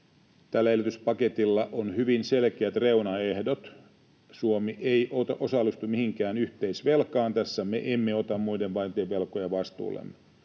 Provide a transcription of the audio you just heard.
Tällä elvytyspaketilla on hyvin selkeät reunaehdot. Suomi ei osallistu mihinkään yhteisvelkaan tässä, me emme ota muiden maiden velkoja vastuullemme.